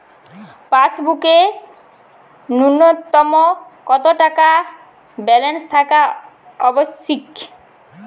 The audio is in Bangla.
পাসবুকে ন্যুনতম কত টাকা ব্যালেন্স থাকা আবশ্যিক?